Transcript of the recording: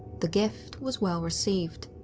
the gift was well-received.